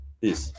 Peace